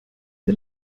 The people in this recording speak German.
der